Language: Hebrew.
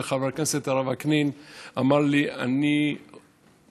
וחבר הכנסת הרב וקנין אמר לי: אני מבקש